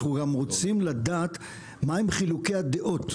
אנחנו גם רוצים לדעת מה הם חילוקי הדעות.